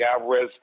Alvarez